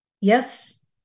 Yes